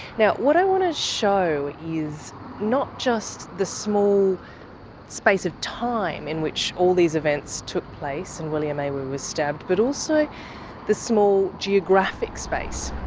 yeah what i want to show you is not just the small space of time in which all these events took place and william awu was stabbed but also the small geographic space.